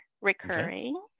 recurring